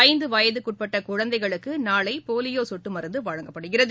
ஐந்துவயதுக்குட்பட்டகுழந்தைகளுக்குநாளைபோலியோசொட்டுமருந்துவழங்கப்படுகிறது